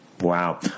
Wow